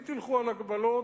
אם תלכו על הגבלות,